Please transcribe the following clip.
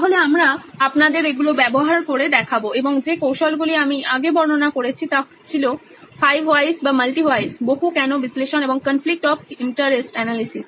তাহলে আমরা আপনাদের এগুলো ব্যবহার করে দেখাবো এবং যে কৌশলগুলি আমি আগে বর্ণনা করেছি তা ছিল 5 whys বা multy whys বহু কেন বিশ্লেষণ এবং কনফ্লিক্ট অফ ইন্টারেস্ট অ্যানালিসিস